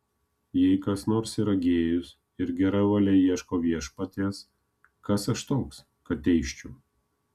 jei kas nors yra gėjus ir gera valia ieško viešpaties kas aš toks kad teisčiau